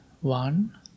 one